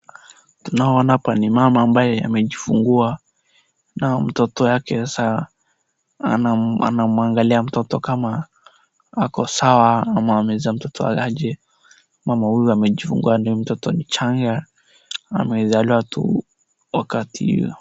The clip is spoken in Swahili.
Tunaoona hapa ni mama ambaye amejifungua na mtoto yake hasaa anamwangalia mtoto kama ako sawa ama amezaa mtoto aje. Mama huyu amejifungua na huyu mtoto ni mchanga, amezaiwa tu wakati.